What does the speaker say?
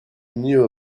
knew